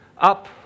up